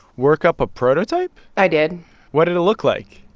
work up a prototype? i did what did it look like?